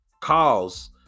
calls